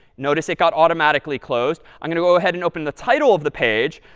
notice it got automatically closed. i'm going to go ahead and open the title of the page.